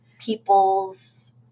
people's